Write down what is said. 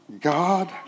God